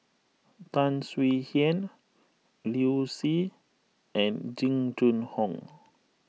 Tan Swie Hian Liu Si and Jing Jun Hong